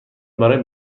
برای